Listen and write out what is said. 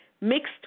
mixed